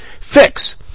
fix